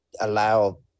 allow